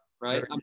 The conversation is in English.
Right